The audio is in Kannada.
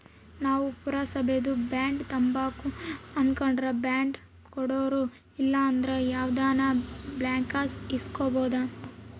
ನಾವು ಪುರಸಬೇದು ಬಾಂಡ್ ತಾಂಬಕು ಅನಕಂಡ್ರ ಬಾಂಡ್ ಕೊಡೋರು ಇಲ್ಲಂದ್ರ ಯಾವ್ದನ ಬ್ಯಾಂಕ್ಲಾಸಿ ಇಸ್ಕಬೋದು